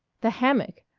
the hammock!